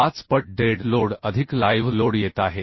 5पट dead load अधिक live load येत आहे